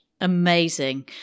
Amazing